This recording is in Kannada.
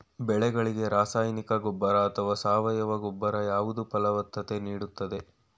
ಬೆಳೆಗಳಿಗೆ ರಾಸಾಯನಿಕ ಗೊಬ್ಬರ ಅಥವಾ ಸಾವಯವ ಗೊಬ್ಬರ ಯಾವುದು ಫಲವತ್ತತೆ ನೀಡುತ್ತದೆ?